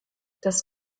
das